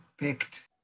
picked